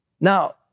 Now